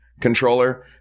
controller